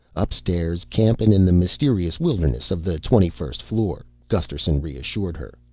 upstairs campin' in the mysterious wilderness of the twenty first floor, gusterson reassured her.